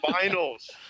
finals